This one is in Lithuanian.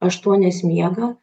aštuonias miega